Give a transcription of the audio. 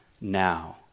now